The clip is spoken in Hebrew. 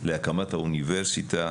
להקמת האוניברסיטה,